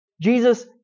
Jesus